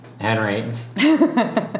Henry